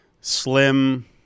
slim